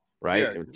right